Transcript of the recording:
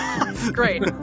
great